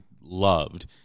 loved